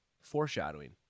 Foreshadowing